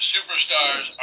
Superstars